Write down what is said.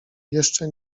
jeszcze